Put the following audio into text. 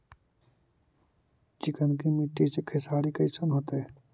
चिकनकी मट्टी मे खेसारी कैसन होतै?